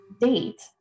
date